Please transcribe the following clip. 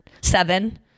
seven